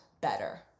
better